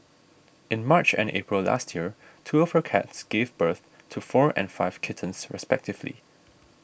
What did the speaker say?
in March and April last year two of her cats gave birth to four and five kittens respectively